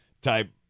type